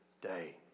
day